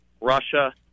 Russia